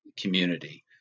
community